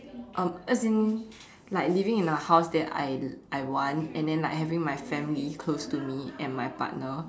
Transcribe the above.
um as in like living in a house that I I want and then like having my family close to me and my partner